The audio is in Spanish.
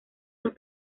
los